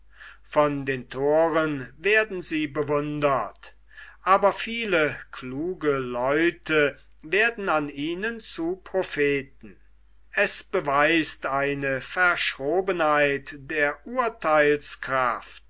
von den thoren werden sie bewundert aber viele kluge leute werden an ihnen zu propheten es beweist eine verschrobenheit der